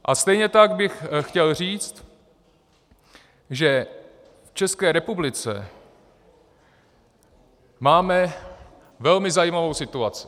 A stejně tak bych chtěl říct, že v České republice máme velmi zajímavou situaci.